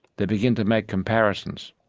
they begin to make comparisons.